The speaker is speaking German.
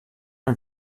ein